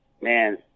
man